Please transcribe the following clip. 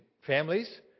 families